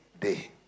day